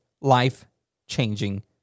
life-changing